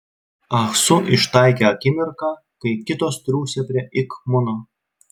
ah su ištaikė akimirką kai kitos triūsė prie ik muno